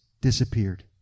disappeared